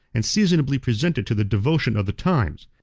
and seasonably presented to the devotion of the times.